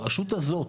הרשות הזאת,